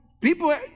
People